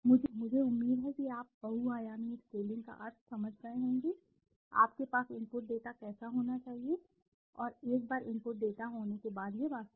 मुझे उम्मीद है कि आप बहुआयामी स्केलिंग का अर्थ समझ गए होंगे कि आपके पास इनपुट डेटा कैसे होना चाहिए और एक बार इनपुट डेटा होने के बाद यह वास्तव में है